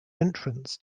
entrance